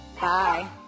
bye